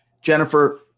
Jennifer